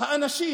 האנשים